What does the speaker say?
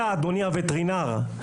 אדוני הווטרינר,